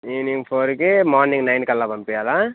evening ఫోర్కి morning nine కల్లా పంపియాలా